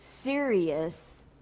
serious